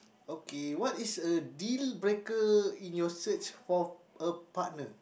okay what is a dealbreaker in your search for a partner